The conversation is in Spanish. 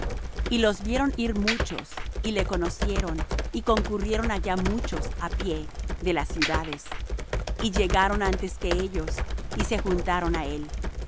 y los vieron ir muchos y le conocieron y concurrieron allá muchos á pie de las ciudades y llegaron antes que ellos y se juntaron á él